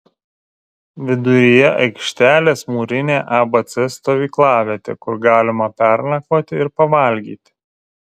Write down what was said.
viduryje aikštelės mūrinė abc stovyklavietė kur galima pernakvoti ir pavalgyti